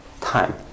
time